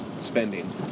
spending